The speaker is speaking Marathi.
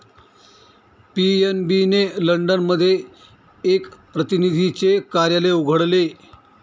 पी.एन.बी ने लंडन मध्ये एक प्रतिनिधीचे कार्यालय उघडले